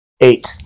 Eight